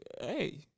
Hey